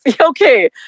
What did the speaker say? okay